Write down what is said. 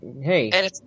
Hey